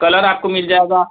colour आपको मिल जाएगा